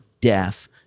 death